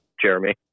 Jeremy